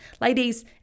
Ladies